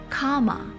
Karma